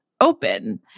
open